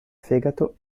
fegato